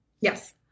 Yes